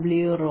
W